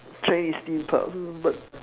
Chinese steam puff um but